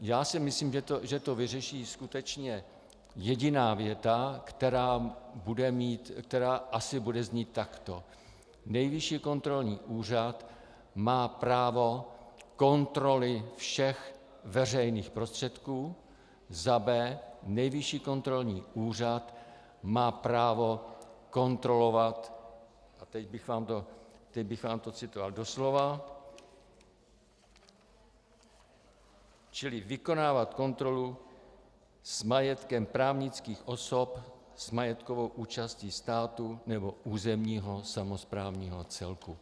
Já si myslím, že to vyřeší skutečně jediná věta, která asi bude znít takto: a) Nejvyšší kontrolní úřad má právo kontroly všech veřejných prostředků, b) Nejvyšší kontrolní úřad má právo kontrolovat, a teď bych vám to citoval doslova: čili vykonávat kontrolu s majetkem právnických osob s majetkovou účastí státu nebo územního samosprávního celku.